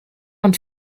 und